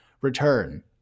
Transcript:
return